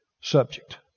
subject